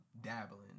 dabbling